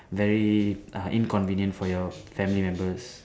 very uh inconvenient for your family members